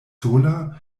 sola